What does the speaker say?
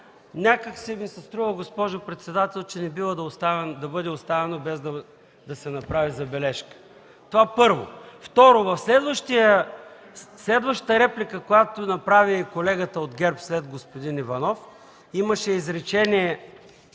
някак си ми се струва, госпожо председател, че не бива да бъде оставено, без да се направи забележка. Това първо. Второ, в следващата реплика, която направи колегата от ГЕРБ след господин Иванов, имаше изречение